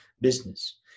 Business